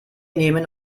nehmen